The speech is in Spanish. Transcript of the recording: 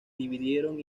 dividieron